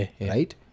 right